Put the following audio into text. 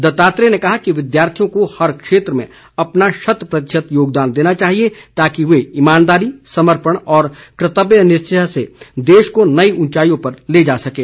दत्तात्रेय ने कहा कि विद्यार्थियों को हर क्षेत्र में अपना शत प्रतिशत योगदान देना चाहिए ताकि वे ईमानदारी समर्पण और कर्तव्यनिष्ठाा से देश को नई ऊंचाईयों पर ले जा सकें